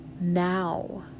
now